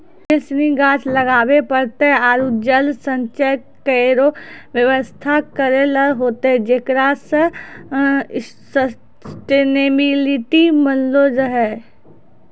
ढेर सिनी गाछ लगाबे पड़तै आरु जल संचय केरो व्यवस्था करै ल होतै जेकरा सें सस्टेनेबिलिटी बनलो रहे